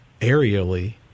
aerially